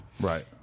Right